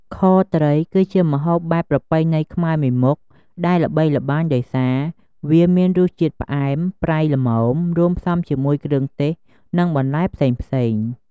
ខត្រី គឺជាម្ហូបបែបប្រពៃណីខ្មែរមួយមុខដែលល្បីល្បាញដោយសារ វាមានរសជាតិផ្អែម ប្រៃល្មម រួមផ្សំជាមួយគ្រឿងទេស និងបន្លែផ្សេងៗ។